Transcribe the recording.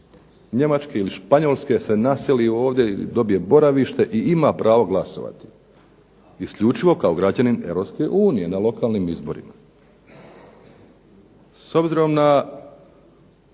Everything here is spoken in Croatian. Njemačke ili Španjolske se naseli ovdje, dobije boravište i ima pravo glasovati isključivo kao građanin Europske unije na lokalnim izborima.